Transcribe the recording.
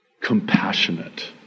compassionate